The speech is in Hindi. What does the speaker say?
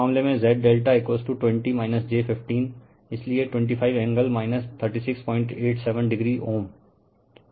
रिफर स्लाइड टाइम 2137 तो इस मामले में Z∆ 20 j 15 इसलिए 25 एंगल 3687o Ω